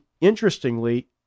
interestingly